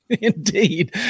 Indeed